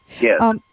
Yes